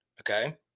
okay